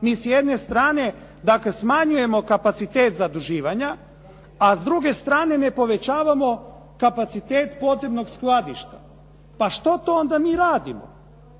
Mi s jedne strane dakle smanjujemo kapacitet zaduživanja, a s druge strane ne povećavamo kapacitet podzemnog skladišta. Pa što to mi onda radimo?